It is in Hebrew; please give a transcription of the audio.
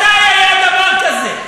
מתי היה דבר כזה?